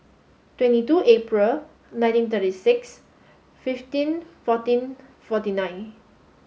twenty two April nineteen thirty six fifteen fourteen forty nine